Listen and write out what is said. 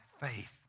faith